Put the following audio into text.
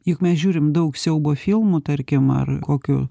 juk mes žiūrim daug siaubo filmų tarkim ar kokių